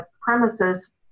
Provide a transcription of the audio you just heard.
premises